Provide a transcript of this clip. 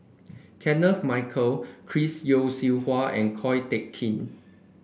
Kenneth Mitchell Chris Yeo Siew Hua and Ko Teck Kin